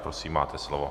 Prosím, máte slovo.